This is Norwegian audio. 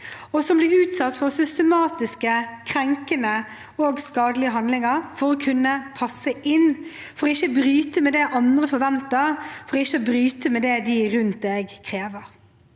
og som blir utsatt for systematiske, krenkende og skadelige handlinger for å kunne passe inn, for ikke å bryte med det andre forventer, og for ikke å bryte med det de rundt en krever.